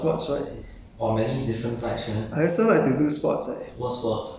okay loh then what do you do okay I know you do a lot of sports right